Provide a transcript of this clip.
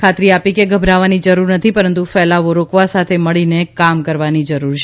ખાતરી આપી કે ગભરાવવાની જરૂર નથી પરંતુ કેલાવો રોકવા સાથે મળીને કામ કરવાની જરૂર છે